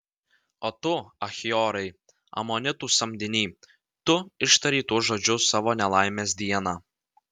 o tu achiorai amonitų samdiny tu ištarei tuos žodžius savo nelaimės dieną